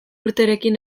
urterekin